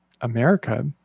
America